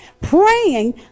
praying